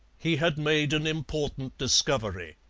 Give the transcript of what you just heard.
he had made an important discovery.